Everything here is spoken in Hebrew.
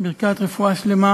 ברכת רפואה שלמה